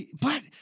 But-